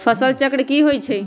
फसल चक्र की होइ छई?